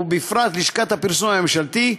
ובפרט לשכת הפרסום הממשלתית,